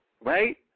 right